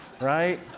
right